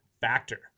Factor